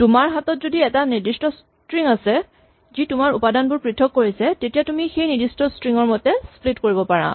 তোমাৰ হাতত যদি এটা নিৰ্দিষ্ট স্ট্ৰিং আছে যি তোমাৰ উপাদানবোৰ পৃথক কৰিছে তেতিয়া তুমি সেই নিৰ্দিষ্ট স্ট্ৰিং ৰ মতে স্প্লিট কৰিব পাৰা